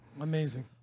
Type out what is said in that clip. Amazing